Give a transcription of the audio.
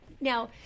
now